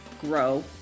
grow